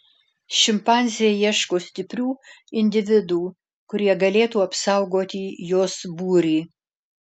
šimpanzė ieško stiprių individų kurie galėtų apsaugoti jos būrį